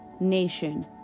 Nation